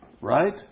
right